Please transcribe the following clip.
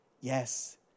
yes